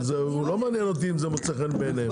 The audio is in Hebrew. לא מעניין אותי אם זה מוצא חן בעיניהם.